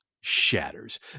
shatters